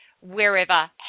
wherever